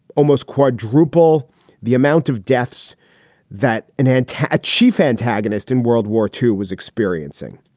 almost quadruple the amount of deaths that an an attack chief antagonist in world war two was experiencing.